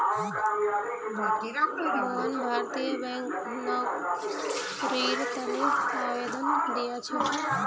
मोहन भारतीय बैंकत नौकरीर तने आवेदन दिया छे